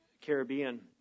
Caribbean